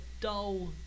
dull